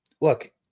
look